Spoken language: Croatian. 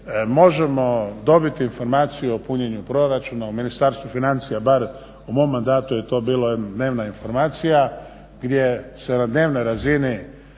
možemo dobiti informaciju o punjenju proračuna. U Ministarstvu financija bar u mom mandatu je to bila dnevna informacija gdje se na dnevnoj razini